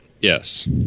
Yes